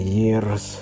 years